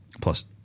Plus